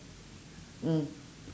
mm